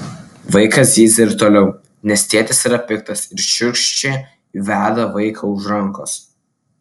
vaikas zyzia ir toliau nes tėtis yra piktas ir šiurkščiai veda vaiką už rankos